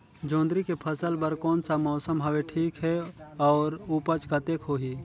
जोंदरी के फसल बर कोन सा मौसम हवे ठीक हे अउर ऊपज कतेक होही?